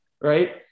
right